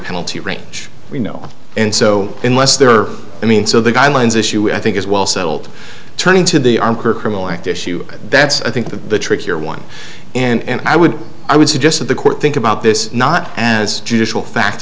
penalty range you know and so unless there are i mean so the guidelines issue i think is well settled turning to the ark or criminal act issue that's i think the trick here one and i would i would suggest that the court think about this not as judicial fact